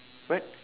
what